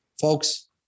Folks